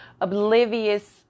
oblivious